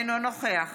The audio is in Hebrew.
אינו נוכח